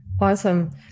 Awesome